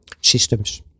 systems